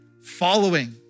following